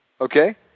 okay